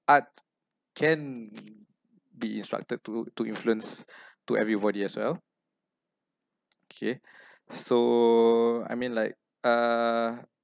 art can be instructed to look to influence to everybody as well okay so I mean like uh